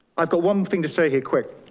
i've got one thing to say here quick.